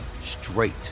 straight